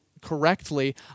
correctly